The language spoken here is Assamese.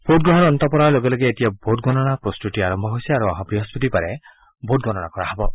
ভোটগ্ৰহণ অন্ত পৰাৰ লগে লগে এতিয়া ভোট গণনাৰ প্ৰস্তুতি আৰম্ভ কৰা হৈছে আৰু অহা বৃহস্পতিবাৰে ভোট গণনা কৰা হ'ব